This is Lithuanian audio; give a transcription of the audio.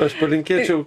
aš palinkėčiau